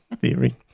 theory